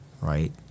right